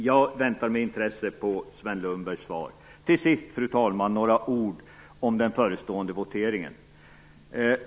Jag väntar med intresse på Sven Lundbergs svar. Till sist, fru talman, några ord om den förestående voteringen.